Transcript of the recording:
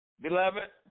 Beloved